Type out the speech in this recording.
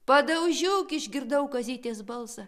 padaužiuk išgirdau kazytės balsą